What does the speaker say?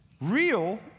real